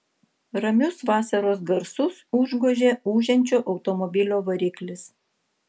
ramius vasaros garsus užgožė ūžiančio automobilio variklis